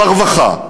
ברווחה,